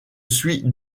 suis